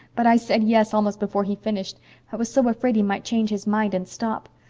but i said yes almost before he finished i was so afraid he might change his mind and stop.